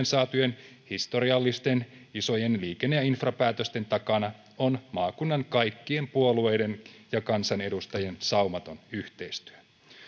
saatujen historiallisten isojen liikenne ja infrapäätösten takana on maakunnan kaikkien puolueiden ja kansanedustajien saumaton yhteistyö